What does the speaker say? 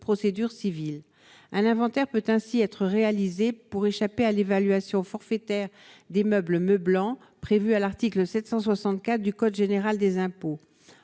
procédure civile à l'inventaire peut ainsi être réalisé pour échapper à l'évaluation forfaitaire des meubles me blanc prévue à l'article 764 du code général des impôts